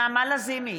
נעמה לזימי,